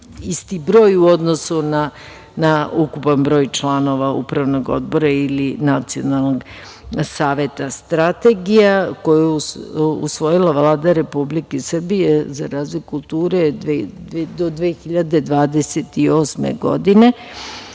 isti broj u odnosu na ukupan broj članova upravnog odbora ili nacionalnog saveta. Strategija koju je usvojila Vlada Republike Srbije za razvoj kulture do 2028. godine,